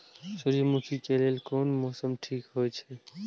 सूर्यमुखी के लेल कोन मौसम ठीक हे छे?